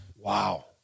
Wow